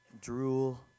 drool